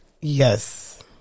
Yes